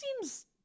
seems